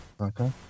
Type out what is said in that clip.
Okay